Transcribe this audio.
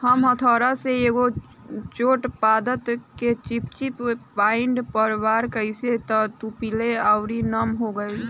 हम हथौड़ा से एगो छोट पादप के चिपचिपी पॉइंट पर वार कैनी त उ पीले आउर नम हो गईल